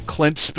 Clint